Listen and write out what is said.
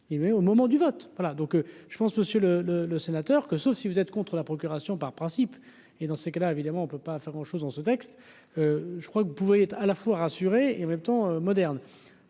il met au moment du vote voilà donc je pense que Monsieur le le le sénateur que sauf si vous êtes contre la procuration par principe et dans ces cas-là, évidemment, on ne peut pas faire grand chose dans ce texte, je crois qu'pouvait être à la fois rassurer et en même temps modernes